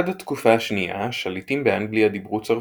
עד התקופה השנייה, השליטים באנגליה דיברו צרפתית,